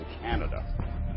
Canada